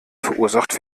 verursacht